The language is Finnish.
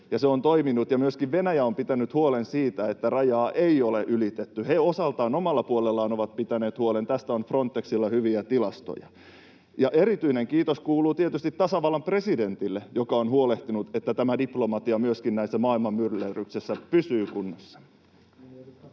se on toiminut, ja myöskin Venäjä on pitänyt huolen, että rajaa ei ole ylitetty, he osaltaan omalla puolellaan ovat pitäneet huolen. Tästä on Frontexilla hyviä tilastoja. Erityinen kiitos kuuluu tietysti tasavallan presidentille, joka on huolehtinut, että tämä diplomatia myöskin näissä maailman myllerryksissä pysyy kunnossa.